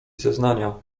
zeznania